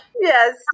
yes